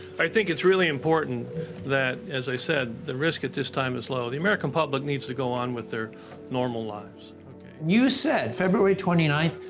i think it's really important that, as i said, the risk at this time is low. the american public needs to go on with their normal lives. smith you said, february twenty nine,